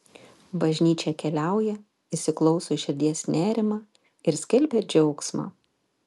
bažnyčia keliauja įsiklauso į širdies nerimą ir skelbia džiaugsmą